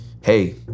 hey